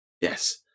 Yes